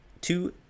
Two